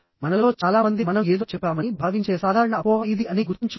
మనలో చాలా మంది మనం ఏదో చెప్పామని భావించే సాధారణ అపోహ ఇది అని గుర్తుంచుకోండి